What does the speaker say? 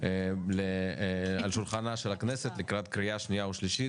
על שולחנה של הכנסת לקראת קריאה שנייה ושלישית.